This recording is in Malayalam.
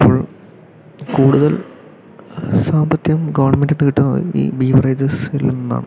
ഇപ്പോൾ കൂടുതൽ സാമ്പത്തികം ഗവണ്മെന്റ്റിന് കിട്ടുന്നത് ഈ ബീവറേജസിൽ നിന്നാണ്